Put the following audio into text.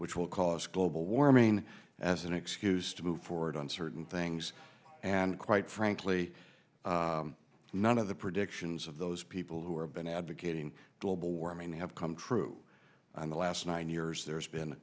which will cause global warming as an excuse to move forward on certain things and quite frankly none of the predictions of those people who are been advocating global warming have come true in the last nine years there's been